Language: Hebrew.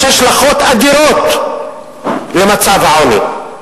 יש השלכות אדירות למצב העוני.